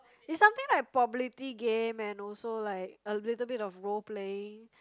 it's something like probability game and also like a little bit of role playing